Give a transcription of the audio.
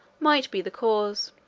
might be the cause.